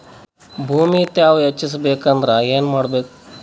ಭೂಮಿ ತ್ಯಾವ ಹೆಚ್ಚೆಸಬೇಕಂದ್ರ ಏನು ಮಾಡ್ಬೇಕು?